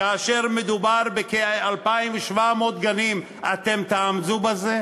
כאשר מדובר בכ-2,700 גנים, אתם תעמדו בזה?